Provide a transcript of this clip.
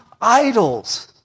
idols